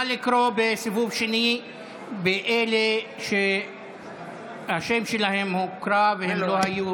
נא לקרוא בסיבוב שני את אלה שהשם שלהם נקרא והם לא היו.